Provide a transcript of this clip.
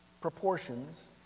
proportions